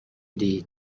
deeds